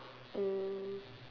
mm